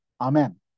Amen